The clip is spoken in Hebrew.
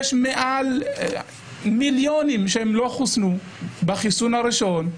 יש מיליונים שלא חוסנו בחיסון הראשון,